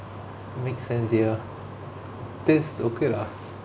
make sense ya this okay lah